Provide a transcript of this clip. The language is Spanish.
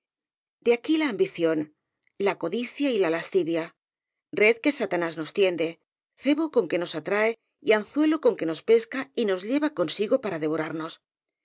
de aquí la ambición la codi cia y la lascivia red que satanás nos tiende cebo con que nos atrae y anzuelo con que nos pesca y nos lleva consigo para devorarnos